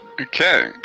Okay